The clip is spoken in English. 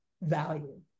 value